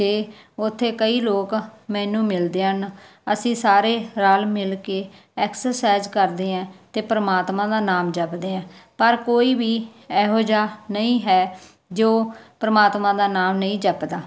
ਅਤੇ ਉੱਥੇ ਕਈ ਲੋਕ ਮੈਨੂੰ ਮਿਲਦੇ ਹਨ ਅਸੀਂ ਸਾਰੇ ਰਲ ਮਿਲ ਕੇ ਐਕਸਰਸਾਈਜ ਕਰਦੇ ਹੈ ਅਤੇ ਪਰਮਾਤਮਾ ਦਾ ਨਾਮ ਜਪਦੇ ਆ ਪਰ ਕੋਈ ਵੀ ਇਹੋ ਜਿਹਾ ਨਹੀਂ ਹੈ ਜੋ ਪਰਮਾਤਮਾ ਦਾ ਨਾਮ ਨਹੀਂ ਜਪਦਾ